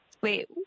Wait